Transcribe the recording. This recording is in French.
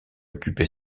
occupait